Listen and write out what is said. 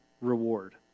reward